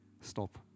stop